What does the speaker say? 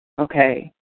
Okay